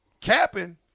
Capping